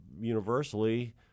universally